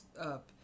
up